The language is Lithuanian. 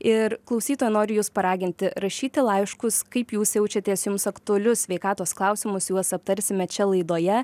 ir klausytojai noriu jus paraginti rašyti laiškus kaip jūs jaučiatės jums aktualius sveikatos klausimus juos aptarsime čia laidoje